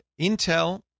Intel